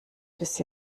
bis